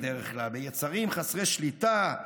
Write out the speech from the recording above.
יצרים חסרי שליטה,